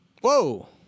Whoa